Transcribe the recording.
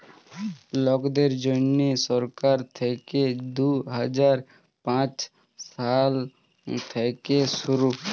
লকদের জ্যনহে সরকার থ্যাইকে দু হাজার পাঁচ সাল থ্যাইকে শুরু